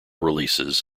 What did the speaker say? releases